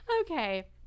Okay